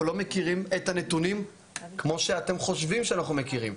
לא מכירים את הנתונים כמו שאתם חושבים שאנחנו מכירים.